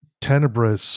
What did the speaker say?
Tenebris